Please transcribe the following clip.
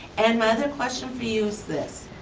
and my other question for you is this.